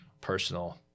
personal